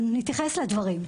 אבל נתייחס לפחות לדברים.